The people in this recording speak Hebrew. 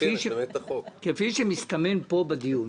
כפי שמסתמן פה בדיון,